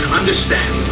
understand